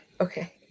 okay